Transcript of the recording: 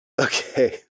Okay